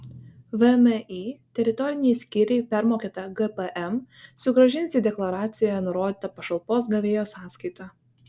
vmi teritoriniai skyriai permokėtą gpm sugrąžins į deklaracijoje nurodytą pašalpos gavėjo sąskaitą